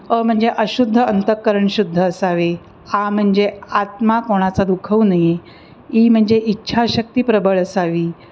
अ म्हणजे अशुद्ध अंत करण शुद्ध असावे आ म्हणजे आत्मा कोणाचा दुखवू नये इ म्हणजे इच्छा शक्ति प्रबळ असावी